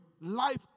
Life